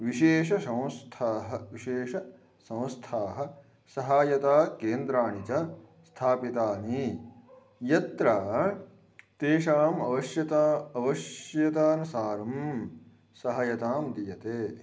विशेषसंस्थाः विशेषसंस्थाः सहायता केन्द्राणि च स्थापितानि यत्र तेषाम् आवश्यकता आवश्यकतानुसारं सहायतां दीयन्ते